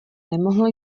nemohl